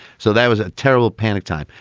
so that was a terrible panic time.